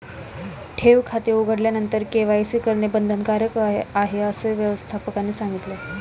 ठेव खाते उघडल्यानंतर के.वाय.सी करणे बंधनकारक आहे, असे व्यवस्थापकाने सांगितले